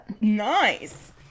Nice